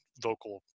vocal